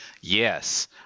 yes